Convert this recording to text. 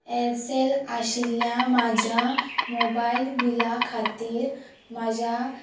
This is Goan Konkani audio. एअरसेल आशिल्ल्या म्हाज्या मोबायल बिला खातीर म्हज्या